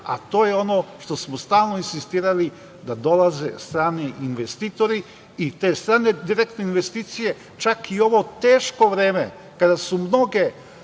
a to je ono što smo stalno insistirali da dolaze strani investitori i te strane direktne investicije, čak i u ovo teško vreme, kada su mnoge